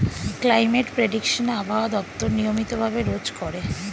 climate prediction আবহাওয়া দপ্তর নিয়মিত ভাবে রোজ করে